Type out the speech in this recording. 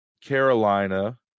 Carolina